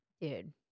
dude